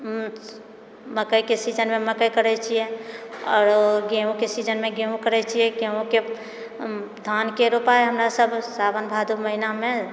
ओ मकइके सीजनमे मकइ करै छियै आरो गेहूँके सीजनमे गेहूँ करै छियै गेहूँके धानके रोपाइ हमरा सभ सावन भादौ महीनामे